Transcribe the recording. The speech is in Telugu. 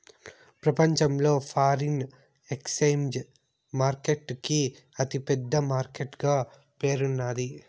ప్రపంచంలో ఫారిన్ ఎక్సేంజ్ మార్కెట్ కి అతి పెద్ద మార్కెట్ గా పేరున్నాది